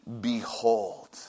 behold